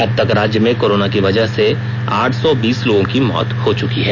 अबतक राज्य में कोरोना की वजह से आठ सौ बीस लोगों की मौत हो चुकी है